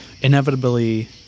inevitably